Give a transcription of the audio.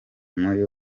muri